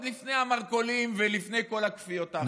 עוד לפני המרכולים ולפני כל הכפיות האחרות.